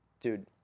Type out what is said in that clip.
dude